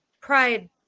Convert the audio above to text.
pride